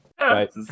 right